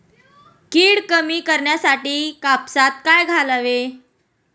कीड कमी करण्यासाठी कापसात काय घालावे?